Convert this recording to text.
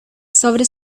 sobre